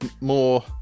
more